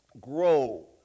Grow